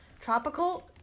Tropical